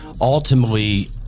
ultimately